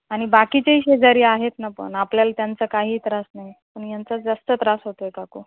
आणि बाकीच्याही शेजारी आहेत ना पण आपल्याला त्यांचं काहीही त्रास नाही पण यांचा जास्त त्रास होतो आहे काकू